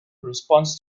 response